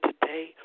today